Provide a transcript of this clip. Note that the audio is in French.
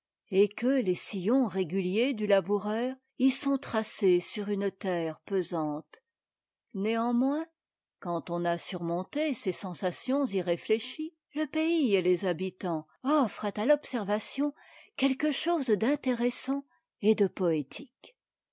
et que les sillons réguliers du laboureur y sont tracés sur une terre pesante néanmoins quand on a surmonté ces sensations irréfléchies le pays et les habitants offrent à l'observation quelque chose d'intéressant et de poétique